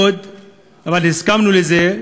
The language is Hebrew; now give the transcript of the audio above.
אבל הסכמנו לזה,